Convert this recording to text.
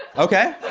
okay.